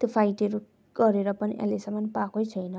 त्यो फाइटहरू गरेर पनि अहिलेसम्म पाएको छैन